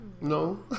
no